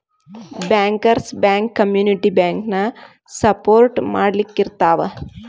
bankers bank community ಬ್ಯಾಂಕನ support ಮಾಡ್ಲಿಕ್ಕಿರ್ತಾವ